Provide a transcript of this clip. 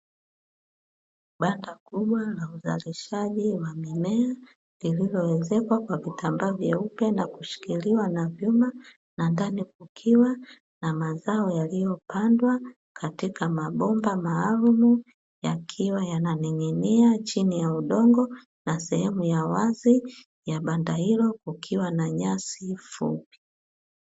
Banda kubwa la uzalishaji wa mimea, lililoezekwa kwa vitambaa vyeupe na kushikiliwa na hima na ndani kukiwa na mazao yaliyopandwa katika mabomba maalumu yakiwa yananing'inia chini ya udongo na sehemu ya wazi ya banda hilo kukiwa na nyasi fupi.